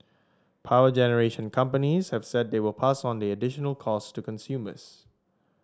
power generation companies have said they will pass on the additional costs to consumers